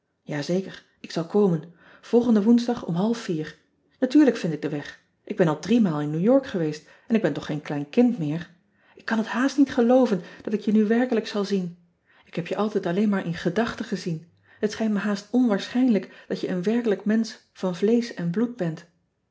zeker ik zal komen olgende oensdag om half vier atuurlijk vied ik den weg k ben al drie maal in ew ork geweest en ik ben toch geen klein kind meer k kan het haast niet gelooven dat ik je nu werkelijk zal zien k heb je altijd alleen maar in gedachten gezien het schijnt me haast onwaarschijnlijk dat je een werkelijk mensch van vleesch en bloed bent